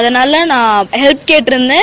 அதனால நாள் ஹெல்ப் கேட்டிருந்தேன்